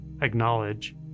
acknowledge